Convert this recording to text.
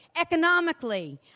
economically